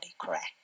correct